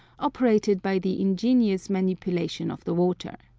operated by the ingenious manipulation of the water.